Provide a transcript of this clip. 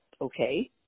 okay